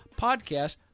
podcast